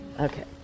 Okay